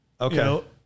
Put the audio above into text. Okay